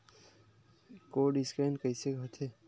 Code scan कइसे होथे?